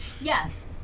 yes